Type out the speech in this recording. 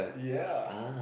yeah